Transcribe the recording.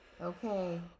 Okay